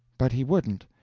but he wouldn't.